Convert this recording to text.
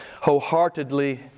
wholeheartedly